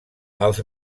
els